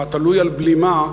התלוי על בלימה,